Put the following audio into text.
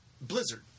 Blizzard